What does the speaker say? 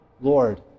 Lord